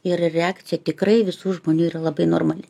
ir reakcija tikrai visų žmonių yra labai normali